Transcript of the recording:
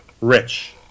Rich